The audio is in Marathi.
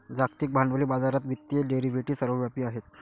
जागतिक भांडवली बाजारात वित्तीय डेरिव्हेटिव्ह सर्वव्यापी आहेत